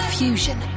fusion